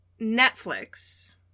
Netflix